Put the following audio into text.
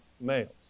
males